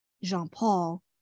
Jean-Paul